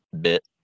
bit